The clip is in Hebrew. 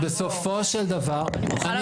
אז בסופו של דבר --- אני מוחה על הדברים האלה.